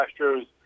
astros